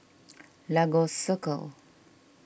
Lagos Circle